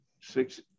six